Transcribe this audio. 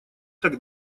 так